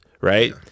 right